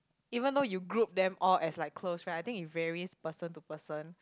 even though you group them all as like close right I think it varies person to person